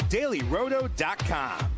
DailyRoto.com